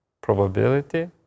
probability